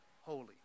holy